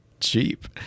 cheap